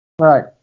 Right